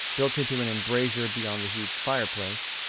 built into an embrasure beyond the huge fireplace,